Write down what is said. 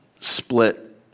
split